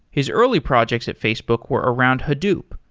his early projects at facebook were around hadoop,